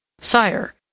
Sire